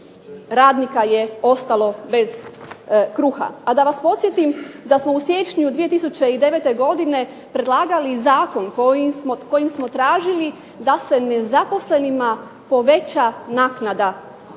radnika je ostalo bez kruha. A da vas podsjetim da smo u siječnju 2009. godine predlagali i zakon kojim smo tražili da se nezaposlenima povećava naknada u